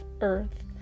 earth